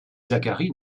zacharie